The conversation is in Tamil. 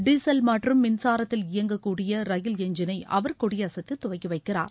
டீசல் மற்றும் மின்சாரத்தில் இயங்கக் கூடிய ரயில் எஞ்சினை அவர் கொடியசைத்து துவக்கி வைக்கிறார்